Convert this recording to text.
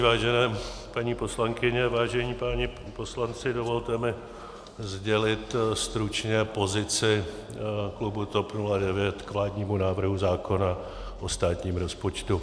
Vážené paní poslankyně, vážení páni poslanci, dovolte mi sdělit stručně pozici klubu TOP 09 k vládnímu návrhu zákona o státním rozpočtu.